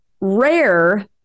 rare